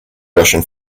russian